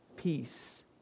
Peace